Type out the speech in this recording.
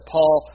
Paul